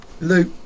Luke